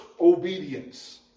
obedience